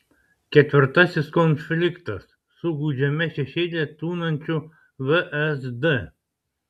ketvirtasis konfliktas su gūdžiame šešėlyje tūnančiu vsd